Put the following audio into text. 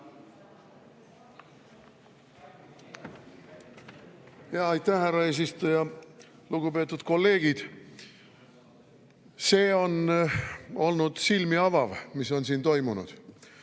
Jaa, aitäh, härra eesistuja! Lugupeetud kolleegid! See on olnud silmi avav, mis on siin toimunud.